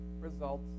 results